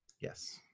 Yes